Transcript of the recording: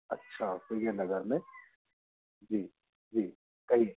अच्छा सूर्यनगर में जी जी कहिए